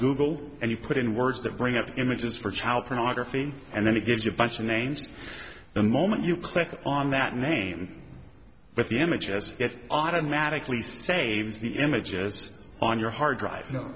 google and you put in words that bring up images for child pornography and then it gives you a bunch of names the moment you click on that name but the images that automatically saves the images on your hard drive you know